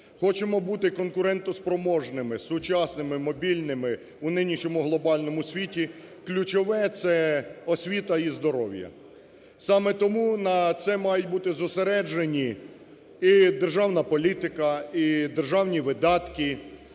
хочемо бути конкурентоспроможними, сучасними, мобільними у нинішньому глобальному світі, ключове – це освіта і здоров'я. Саме тому на це мають бути зосереджені і державна політика, і державні видатки,